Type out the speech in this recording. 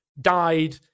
died